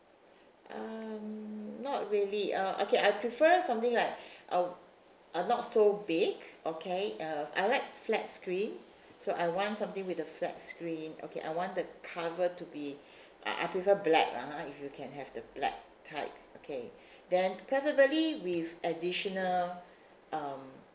um not really uh okay I prefer something like are are not so big okay uh I like flat screen so I want something with the flat screen okay I want the cover to be I I prefer black lah ha if you can have the black type okay then preferably with additional um